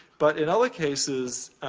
but in other cases,